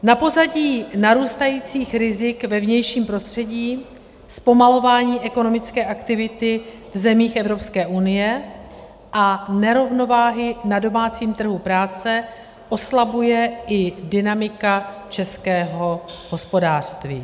Na pozadí narůstajících rizik ve vnějším prostředí, zpomalování ekonomické aktivity v zemích Evropské unie a nerovnováhy na domácím trhu práce oslabuje i dynamika českého hospodářství.